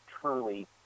truly